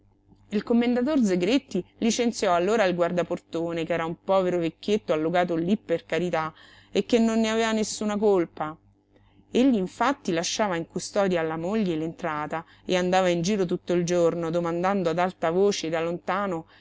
il commendator zegretti licenziò allora il guardaportone ch'era un povero vecchietto allogato lí per carità e che non ne aveva nessuna colpa egli infatti lasciava in custodia alla moglie l'entrata e andava in giro tutto il giorno domandando ad alta voce da lontano